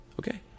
okay